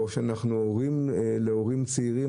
או שאנחנו הורים להורים צעירים,